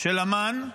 של אמ"ן.